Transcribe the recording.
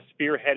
spearheaded